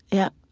yep,